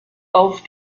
auf